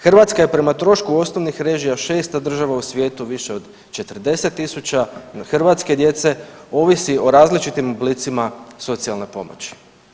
Hrvatska je prema trošku osnovnih režija 6. država u svijetu više od 40.000 hrvatske djece ovisi o različitim oblicima socijalne pomoći.